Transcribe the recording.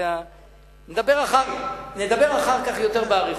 נדבר אחר כך יותר באריכות.